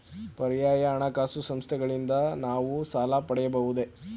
ಪರ್ಯಾಯ ಹಣಕಾಸು ಸಂಸ್ಥೆಗಳಿಂದ ನಾವು ಸಾಲ ಪಡೆಯಬಹುದೇ?